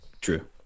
true